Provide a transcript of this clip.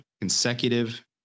consecutive